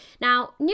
Now